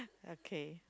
okay